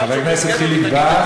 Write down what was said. אתה יודע מה, חבר הכנסת חיליק בר?